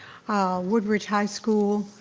ah woodbridge high school,